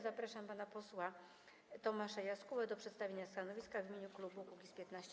Zapraszam pana posła Tomasza Jaskółę do przedstawienia stanowiska w imieniu klubu Kukiz’15.